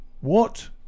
What